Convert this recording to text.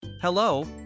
Hello